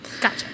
gotcha